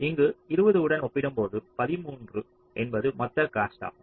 இங்கு 20 உடன் ஒப்பிடும்போது 13 என்பது மொத்த காஸ்ட் ஆகும்